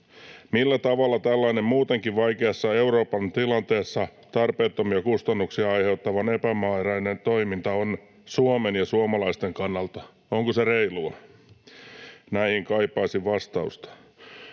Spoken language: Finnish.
Millä tavalla tällainen muutenkin vaikeassa Euroopan tilanteessa tarpeettomia kustannuksia aiheuttava epämääräinen toiminta on Suomen ja suomalaisten kannalta reilua? Näihin kaipaisin vastausta.